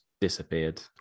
disappeared